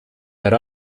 per